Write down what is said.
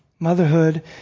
Motherhood